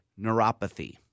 neuropathy